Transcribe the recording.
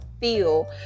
feel